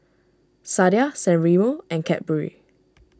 Sadia San Remo and Cadbury